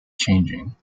changing